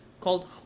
called